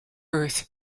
earth